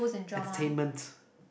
entertainment